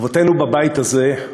חובתנו בבית הזה,